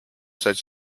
such